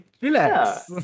relax